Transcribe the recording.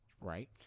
Right